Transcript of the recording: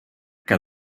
que